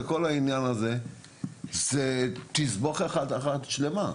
זו תסבוכת אחת שלמה.